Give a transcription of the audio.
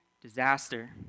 disaster